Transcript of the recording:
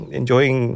enjoying